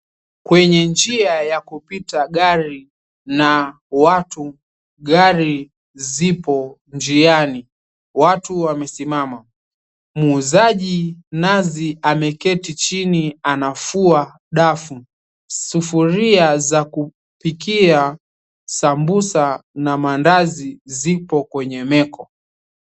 Kwenye njia ya kupita gari na watu, gari zipo njiani watu wamesimama. Muuzaji nazi ameketi chini anafua dafu, sufuria za kupikia sambusa na maandazi zipo kwenye meko.